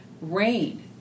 rain